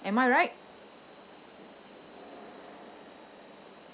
am I right